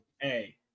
Hey